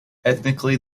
ethnically